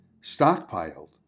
stockpiled